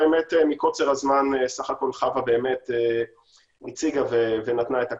האמת מקוצר זמן בסך הכל חוה באמת הציגה ונתנה את הקונספט.